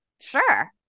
Sure